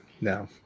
No